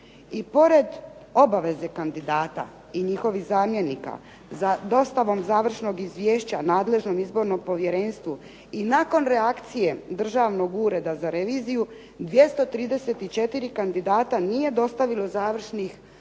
I pored obveze kandidata i njihovih zamjenika za dostavom završnog izvješća nadležnom izbornom povjerenstvu i nakon reakcije Državnog ureda za reviziju, 234 kandidata nije dostavilo završno